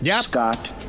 Scott